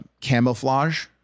camouflage